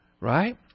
Right